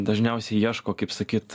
dažniausiai ieško kaip sakyt